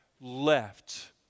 left